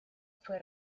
fue